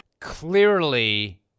clearly